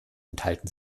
enthalten